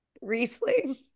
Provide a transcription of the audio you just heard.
Riesling